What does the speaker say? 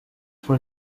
for